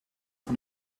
van